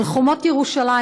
על חומות ירושלים,